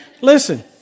Listen